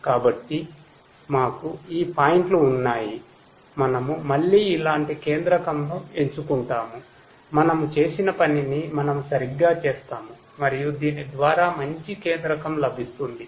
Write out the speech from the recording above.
కాబట్టి మాకు ఈ పాయింట్లు ఉన్నాయి మనము మళ్ళీ ఇలాంటి కేంద్రకంను ఎంచుకుంటాము మనము చేసిన పనిని మనము సరిగ్గా చేస్తాము మరియు దీని ద్వారా మంచి కేంద్రకం లభిస్తుంది